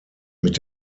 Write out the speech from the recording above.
mit